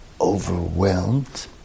overwhelmed